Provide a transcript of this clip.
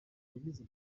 yagize